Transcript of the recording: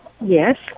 Yes